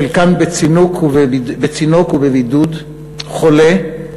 חלקן בצינוק ובבידוד, חולה,